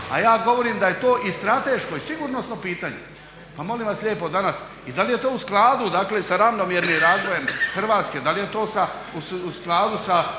A ja govorim da je to i strateško i sigurnosno pitanje. Pa molim vas lijepo danas i da li je to u skladu dakle sa ravnomjernim razvojem Hrvatske, da li je to u skladu sa